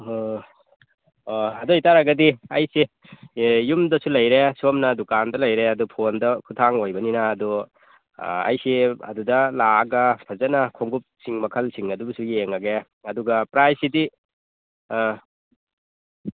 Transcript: ꯑꯗꯣꯏ ꯇꯥꯔꯒꯗꯤ ꯑꯩꯁꯦ ꯌꯨꯝꯗꯁꯨ ꯂꯩꯔꯦ ꯁꯣꯝꯗ ꯗꯨꯀꯥꯟꯗ ꯂꯩꯔꯦ ꯑꯗꯨ ꯐꯣꯟꯗ ꯈꯨꯠꯊꯥꯡ ꯑꯣꯏꯕꯅꯤꯅ ꯑꯗꯨ ꯑꯩꯁꯦ ꯑꯗꯨꯗ ꯂꯥꯛꯑꯒ ꯐꯖꯅ ꯈꯣꯡꯎꯞ ꯁꯤꯡ ꯃꯈꯜꯁꯤꯡ ꯑꯗꯨꯕꯨꯁꯨ ꯌꯦꯡꯉꯒꯦ ꯑꯗꯨꯒ ꯄ꯭ꯔꯥꯏꯁꯁꯤꯗꯤ